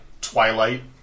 twilight